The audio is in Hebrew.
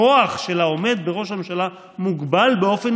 הכוח של העומד בראש הממשלה מוגבל באופן